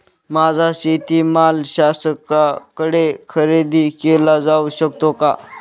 माझा शेतीमाल शासनाकडे खरेदी केला जाऊ शकतो का?